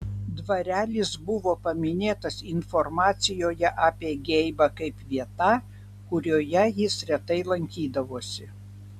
dvarelis buvo paminėtas informacijoje apie geibą kaip vieta kurioje jis retai lankydavosi